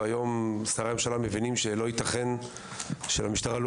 והיום שרי הממשלה מבינים שלא ייתכן שלמשטרה לא